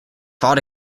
fought